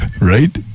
Right